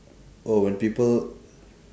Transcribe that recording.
oh when people